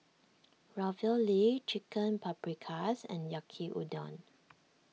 Ravioli Chicken Paprikas and Yaki Udon